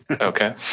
okay